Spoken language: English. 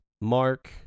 Mark